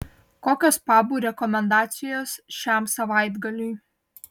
kokios pabų rekomendacijos šiam savaitgaliui